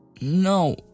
No